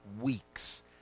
weeks